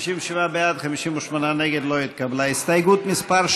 זחאלקה, אחמד טיבי, עאידה תומא סלימאן,